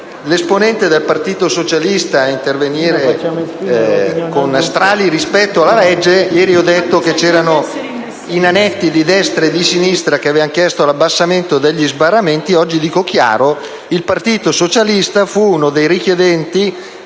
l'esponente del partito socialista intervenire con strali rispetto alla legge. Ieri ho detto che c'erano i nanetti di destra e di sinistra che avevano chiesto l'abbassamento degli sbarramenti; oggi dico chiaramente che il partito socialista fu uno dei richiedenti